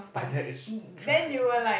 but that is dry Ban-Mian